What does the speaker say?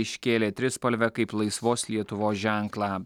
iškėlė trispalvę kaip laisvos lietuvos ženklą